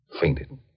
fainted